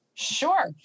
Sure